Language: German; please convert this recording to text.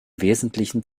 wesentlichen